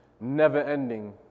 never-ending